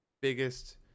biggest